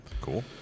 Cool